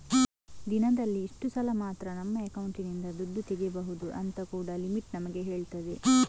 ದಿನದಲ್ಲಿ ಇಷ್ಟು ಸಲ ಮಾತ್ರ ನಮ್ಮ ಅಕೌಂಟಿನಿಂದ ದುಡ್ಡು ತೆಗೀಬಹುದು ಅಂತ ಕೂಡಾ ಲಿಮಿಟ್ ನಮಿಗೆ ಹೇಳ್ತದೆ